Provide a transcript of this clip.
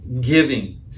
giving